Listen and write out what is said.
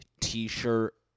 t-shirt